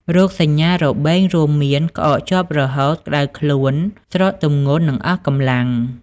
រោគសញ្ញារបេងរួមមាន ក្អកជាប់រហូត ក្តៅខ្លួន ស្រកទម្ងន់ និងអស់កម្លាំង។